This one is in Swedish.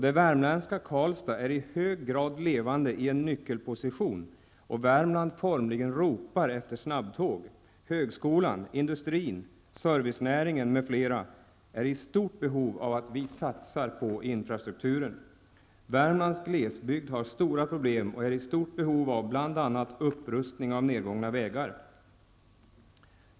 Det värmländska Karlstad är i hög grad levande i en nyckelposition. Värmland formligen ropar efter snabbtåg. Högskolan, industrin, servicenäringen m.fl. är i stort behov av att vi satsar på infrastrukturen. Värmlands glesbygd har stora problem och är i stort behov bl.a. av upprustning av nergångna vägar.